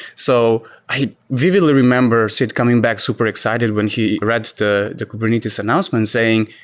so i vividly remember sid coming back super excited when he read the the kubernetes announcement saying,